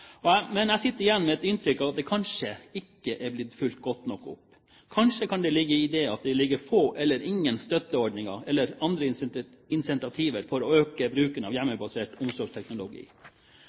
men jeg sitter igjen med et inntrykk av at det kanskje ikke er blitt fulgt godt nok opp. Kanskje kan det være fordi det er få eller ingen støtteordninger eller andre insentiver for å øke bruken av hjemmebasert omsorgsteknologi.